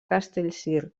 castellcir